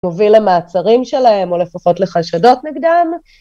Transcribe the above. מוביל למעצרים שלהם, או לפחות לחשדות נגדם.